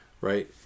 right